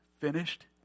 finished